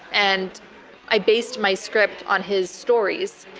and i based my script on his stories.